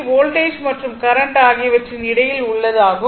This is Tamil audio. வோல்டேஜ் மற்றும் கரண்ட் ஆகியவற்றின் இடையில் உள்ளது ஆகும்